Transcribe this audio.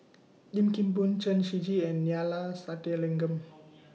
Lim Kim Boon Chen Shiji and Neila Sathyalingam